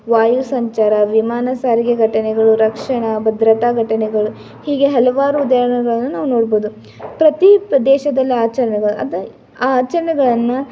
ವಾಯುಸಂಚಾರ ವಿಮಾನ ಸಾರಿಗೆ ಘಟನೆಗಳು ರಕ್ಷಣ ಭದ್ರತಾ ಘಟನೆಗಳು ಹೀಗೆ ಹಲವಾರು ಉದಾಹರಣೆಗಳನ್ನು ನಾವು ನೋಡ್ಬೋದು ಪ್ರತಿ ಪ್ರದೇಶದಲ್ಲಿ ಆಚರುವ ಅದ ಆ ಆಚರಣೆಗಳನ್ನ